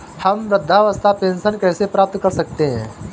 हम वृद्धावस्था पेंशन कैसे प्राप्त कर सकते हैं?